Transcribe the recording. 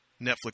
Netflix